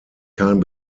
kein